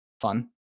fun